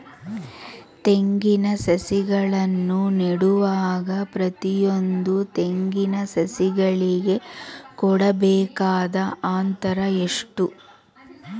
ತೆಂಗಿನ ಸಸಿಗಳನ್ನು ನೆಡುವಾಗ ಪ್ರತಿಯೊಂದು ತೆಂಗಿನ ಸಸಿಗಳಿಗೆ ಕೊಡಬೇಕಾದ ಅಂತರ ಎಷ್ಟು?